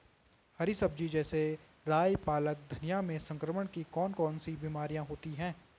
हरी सब्जी जैसे राई पालक धनिया में संक्रमण की कौन कौन सी बीमारियां होती हैं?